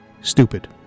Stupid